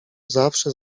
zawsze